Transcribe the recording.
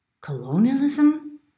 colonialism